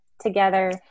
together